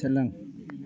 सोलों